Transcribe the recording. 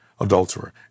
adulterer